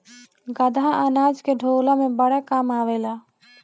गदहा अनाज के ढोअला में बड़ा काम आवेला